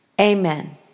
Amen